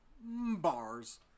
bars